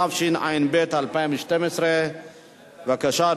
התשע"ב 2012. בבקשה,